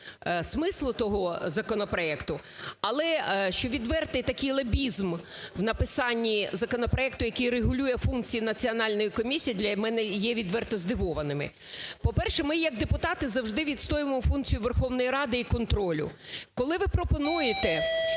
смислу того законопроекту. Але, що відвертий такий лобізм в написанні законопроекту, який регулює функції Національної комісії, для мене є відверто здивованим. По-перше, ми як депутати завжди відстоюємо функцію Верховної Ради і контролю. Коли ви пропонуєте,